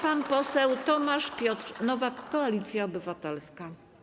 Pan poseł Tomasz Piotr Nowak, Koalicja Obywatelska.